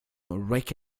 wreck